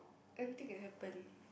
anything can happen